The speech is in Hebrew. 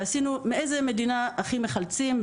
ובדקנו מאיזו מדינה הכי מחלצים,